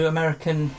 American